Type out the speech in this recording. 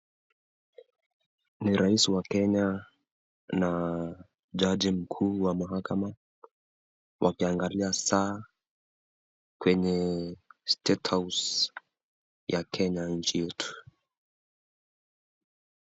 Ni rais wa Kenya na jaji mkuu wa mahakama wakiangalia saa kwenye State House ya Kenya nchi yetu.